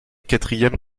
quatrième